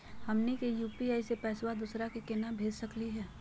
हमनी के यू.पी.आई स पैसवा दोसरा क केना भेज सकली हे?